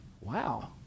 Wow